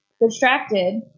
distracted